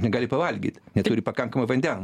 negali pavalgyt neturi pakankamai vandens